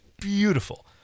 beautiful